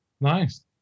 Nice